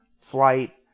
flight